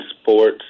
sports